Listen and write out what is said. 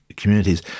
communities